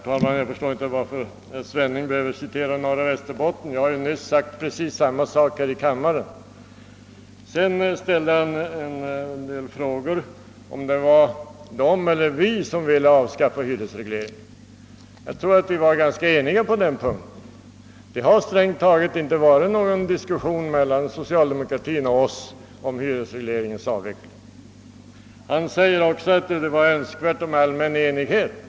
Herr talman! Jag förstår inte varför herr Svenning behöver citera Norra Västerbotten. Jag har nyss sagt precis samma sak här i kammaren. Herr Svenning ställde frågan om det var de eller vi som ville avskaffa hyresregleringen. Jag trodde att vi var ganska eniga på den punkten. Det har strängt taget inte varit någon diskussion mellan socialdemokratin och oss om hyresregleringens avveckling. Herr Svenning sade också att det skulle vara önskvärt med en allmän enighet.